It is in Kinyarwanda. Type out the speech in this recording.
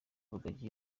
rugagi